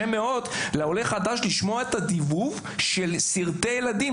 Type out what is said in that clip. מאוד לעולה חדש לשמוע את הדיבוב של סרטי ילדים.